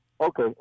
Okay